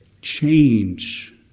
change